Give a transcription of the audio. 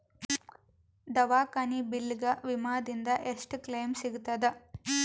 ದವಾಖಾನಿ ಬಿಲ್ ಗ ವಿಮಾ ದಿಂದ ಎಷ್ಟು ಕ್ಲೈಮ್ ಸಿಗತದ?